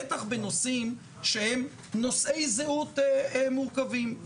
בטח בנושאים שהם נושאי זהות מורכבים.